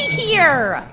here